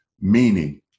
meaning